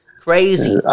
Crazy